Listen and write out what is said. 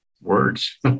words